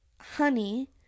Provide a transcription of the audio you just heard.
honey